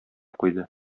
куйды